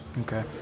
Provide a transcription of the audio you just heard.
Okay